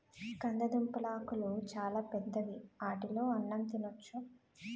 కందదుంపలాకులు చాలా పెద్దవి ఆటిలో అన్నం తినొచ్చు